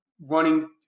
running